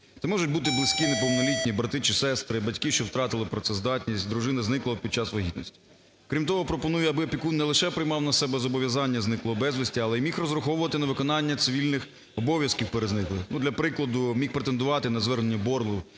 Це можуть бути близькі неповнолітні брати чи сестри, батьки, що втратили працездатність, дружина зниклого під час вагітності. Крім того, пропонує, аби опікун не лише приймав на себе зобов'язання зниклого безвісті, а й міг розраховувати на виконання цивільних обов'язків перед зниклим, для прикладу, міг претендувати на звернення боргу